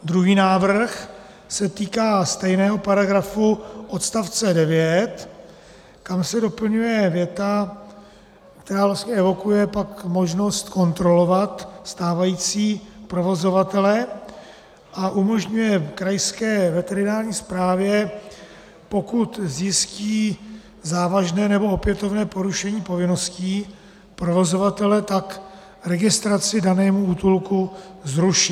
Druhý návrh se týká stejného paragrafu odst. 9, kam se doplňuje věta, která vlastně evokuje pak možnost kontrolovat stávající provozovatele a umožňuje krajské veterinární správě, pokud zjistí závažné nebo opětovné porušení povinností provozovatele, registraci danému útulku zrušit.